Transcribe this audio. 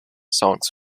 songs